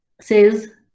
says